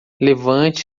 levante